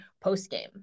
post-game